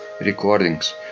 recordings